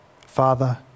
Father